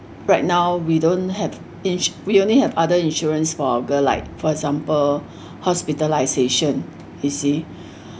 right now we don't have ins~ we only have other insurance for our girl like for example hospitalisation you see